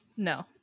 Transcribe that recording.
No